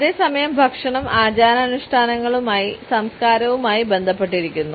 അതേസമയം ഭക്ഷണം ആചാരാനുഷ്ഠാനങ്ങളുമായും സംസ്കാരവുമായും ബന്ധപ്പെട്ടിരിക്കുന്നു